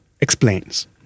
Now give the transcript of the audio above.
explains